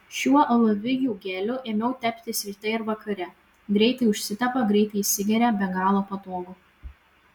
šiuo alavijų geliu ėmiau teptis ryte ir vakare greitai užsitepa greitai įsigeria be galo patogu